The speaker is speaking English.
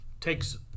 Takes